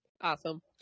Awesome